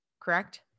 Correct